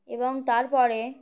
এবং তারপরে